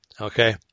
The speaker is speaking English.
okay